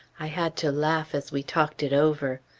i had to laugh as we talked it over.